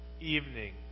evening